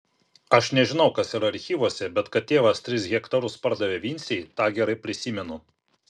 aš nežinau kas yra archyvuose bet kad tėvas tris hektarus pardavė vincei tą gerai prisimenu